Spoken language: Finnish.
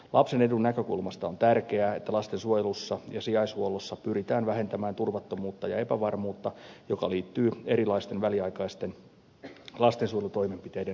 lapsen edun näkökulmasta on tärkeää että lastensuojelussa ja sijaishuollossa pyritään vähentämään turvattomuutta ja epävarmuutta joka liittyy erilaisten väliaikaisten lastensuojelutoimenpiteiden toteuttamiseen